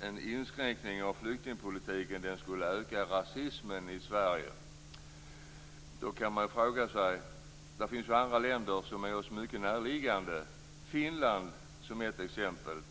en inskränkning av flyktingpolitiken skulle öka rasismen i Sverige. Det finns andra länder som ligger nära Sverige. Finland är ett exempel.